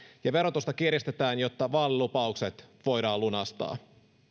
ja verotusta kiristetään jotta vaalilupaukset voidaan lunastaa